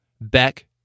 Beck